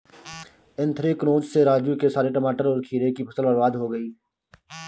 anthracnose से राजू के सारे टमाटर और खीरे की फसल बर्बाद हो गई